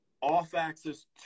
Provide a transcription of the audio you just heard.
off-axis